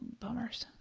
bummers,